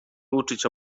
uczyć